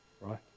right